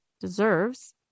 deserves